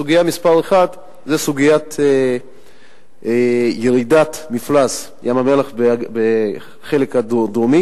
הסוגיה מספר אחת זו סוגיית ירידת מפלס ים-המלח בחלק הדרומי